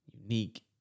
unique